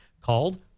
called